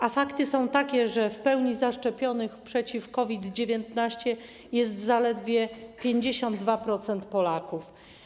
A fakty są takie, że w pełni zaszczepionych przeciw COVID-19 jest zaledwie 52% Polaków.